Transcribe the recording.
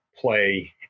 play